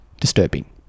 disturbing